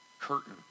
curtain